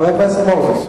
חבר הכנסת מוזס.